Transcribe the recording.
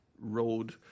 road